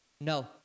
No